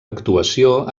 actuació